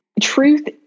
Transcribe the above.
truth